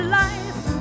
life